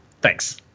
Thanks